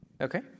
Okay